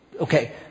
Okay